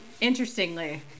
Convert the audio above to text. interestingly